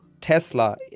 Tesla